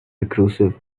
recursive